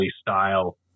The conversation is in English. style